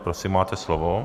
Prosím máte slovo.